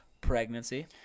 pregnancy